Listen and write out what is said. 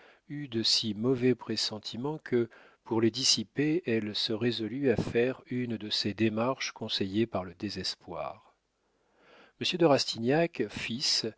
eut de si mauvais pressentiments que pour les dissiper elle se résolut à faire une de ces démarches conseillées par le désespoir monsieur de rastignac